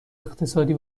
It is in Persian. اقتصادی